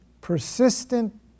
Persistent